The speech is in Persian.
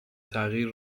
تغییر